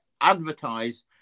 advertise